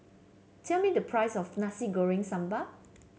tell me the price of Nasi Goreng Sambal